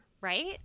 right